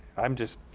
i am just,